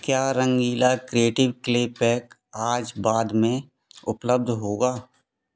क्या Rangeela creative clay pack आज बाद में उपलब्ध होगा